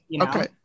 okay